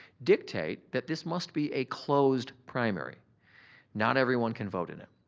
dictate that this must be a closed primary not everyone can vote in it.